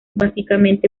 básicamente